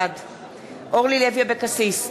בעד אורלי לוי אבקסיס,